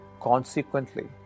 Consequently